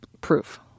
proof